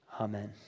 Amen